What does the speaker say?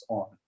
on